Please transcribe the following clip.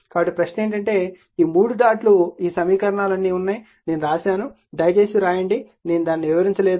కాబట్టి ప్రశ్న ఏమిటంటే ఈ 3 డాట్ లు ఈ సమీకరణాలన్నీ ఉన్నాయి నేను వ్రాశాను దయచేసి వ్రాయండి నేను దానిని వివరించలేదు